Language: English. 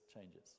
changes